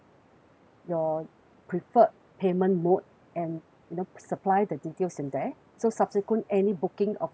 your preferred payment mode and you know supply the details in there so subsequent any booking of the you know